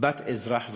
קצבת אזרח ותיק.